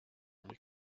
muy